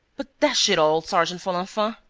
but, dash it all, sergeant folenfant,